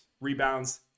rebounds